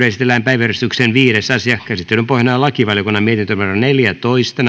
esitellään päiväjärjestyksen viides asia käsittelyn pohjana on lakivaliokunnan mietintö neljätoista